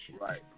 Right